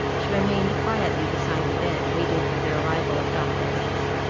she remained quietly beside the bed waiting for the arrival of dr. x,